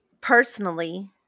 personally